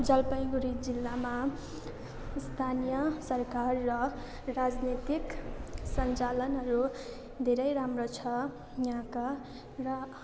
जलपाइगुडी जिल्लामा स्थानीय सरकार र राजनीतिक सञ्चालनहरू धेरै राम्रो छ यहाँका र